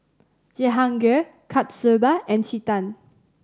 Jehangirr Kasturba and Chetan